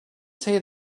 say